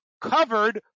covered